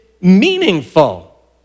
meaningful